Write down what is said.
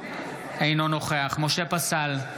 אינו נוכח משה פסל,